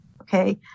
okay